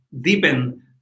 deepen